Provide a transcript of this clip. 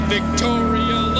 Victoria